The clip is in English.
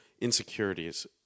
insecurities